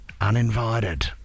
uninvited